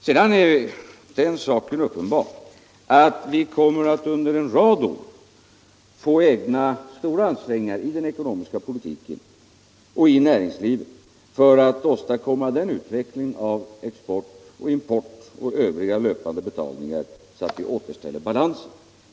Det är uppenbart att vi under en rad år får göra stora ansträngningar i den ekonomiska politiken och i näringslivet för att åstadkomma den utvecklingen av export och import och övriga löpande betalningar att vi återställer balansen.